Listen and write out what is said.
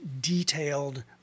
detailed